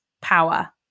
power